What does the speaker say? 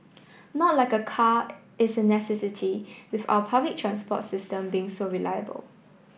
not like a car is a necessity with our public transport system being so reliable